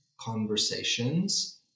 conversations